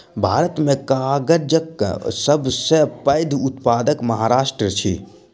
भारत में कागजक सब सॅ पैघ उत्पादक महाराष्ट्र अछि